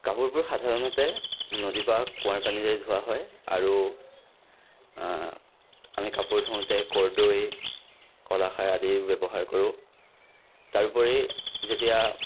কাপোৰবোৰ সাধাৰণতে নদী বা কুঁৱাৰ পানীৰে ধুৱা হয় আৰু আমি কাপোৰ ধুওঁতে কৰ্দৈ কলাখাৰ আদিৰ ব্যৱহাৰ কৰোঁ তাৰ উপৰি যেতিয়া